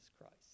Christ